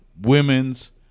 Women's